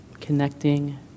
connecting